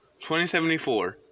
2074